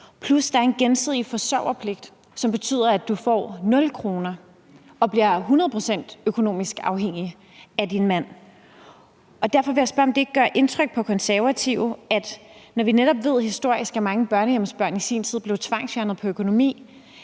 plus at der er en gensidig forsørgerpligt, som betyder, at du får nul kroner og bliver hundrede procent økonomisk afhængig af din mand. Derfor vil jeg spørge, om det ikke gør indtryk på Konservative, når vi netop historisk ved, at mange børnehjemsbørn i sin tid blev tvangsfjernet på grund